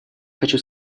хочу